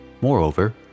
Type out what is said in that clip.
Moreover